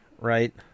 right